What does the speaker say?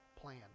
plan